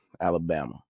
Alabama